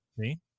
see